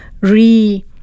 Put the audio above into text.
re-